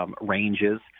ranges